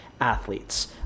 athletes